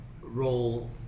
role